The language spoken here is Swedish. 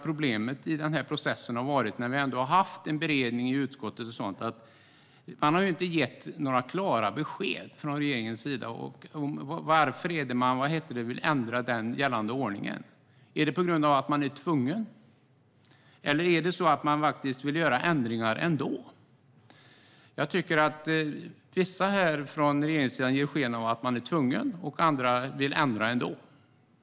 Problemet i processen har varit att regeringen inte har lämnat några klara besked om varför de vill ändra den gällande ordningen, trots att beredning har pågått i utskottet. Ändrar de på grund av att de är tvungna? Eller vill de göra ändringar ändå? Vissa från regeringssidan här ger sken av att man är tvungen. Andra vill ändra ändå.